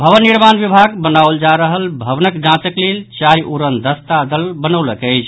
भवन निर्माण विभाग बनाओल जा रहल भवनक जांचक लेल चारि उड़नदस्ता दल बनौलक अछि